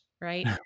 right